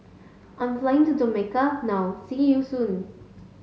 I'm flying to Dominica now see you soon